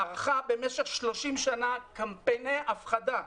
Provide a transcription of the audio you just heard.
ערכה במשך 30 שנה קמפיינים של הפחדה